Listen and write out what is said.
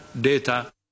data